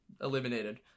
Eliminated